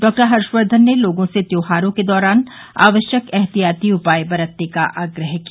doctor Harshvardhan ने लोगों से त्योहारों के दौरान आवश्यक ऐहतियाती उपाय बरतने का आग्रह किया